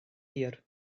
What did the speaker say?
hir